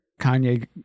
Kanye